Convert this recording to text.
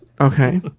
Okay